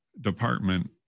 department